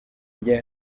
njye